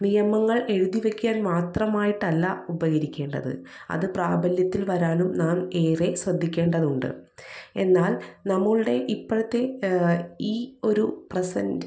നിയമങ്ങൾ എഴുതിവയ്ക്കാൻ മാത്രമായിട്ട് അല്ല ഉപകരിക്കേണ്ടത് അത് പ്രാബല്യത്തിൽ വരാനും നാം ഏറെ ശ്രദ്ധിക്കേണ്ടതുണ്ട് എന്നാൽ നമ്മളുടെ ഇപ്പോഴത്തെ ഈ ഒരു പ്രെസെൻ്റ്